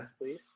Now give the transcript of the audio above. please